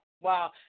wow